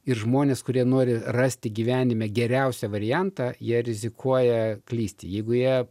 ir žmonės kurie nori rasti gyvenime geriausią variantą jie rizikuoja klysti jeigu jie